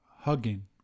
Hugging